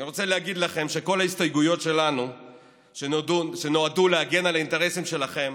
אני רוצה להגיד לכם שכל ההסתייגויות שלנו שנועדו להגן על האינטרסים שלכם